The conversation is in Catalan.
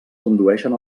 condueixen